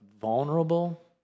vulnerable